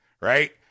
right